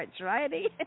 righty